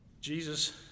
Jesus